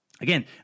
Again